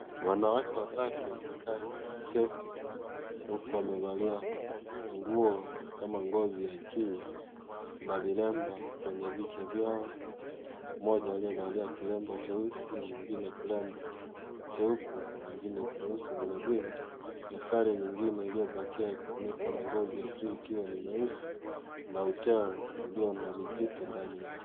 Wanawake watatu wanaonekana wameketi huku wamevalia nguo kama ngozi ya chui na vilemba kwenye vichwa vyao. Mmoja liyevalia kilemba cheusi, mwingine kilemba cheupe, na mwingine cheusi vilevile, na sare nyingine iliyobakia imefunikwa na ngozi ya chui ikiwa ni nyeusi na uteo ulio na vijiti ndani yake.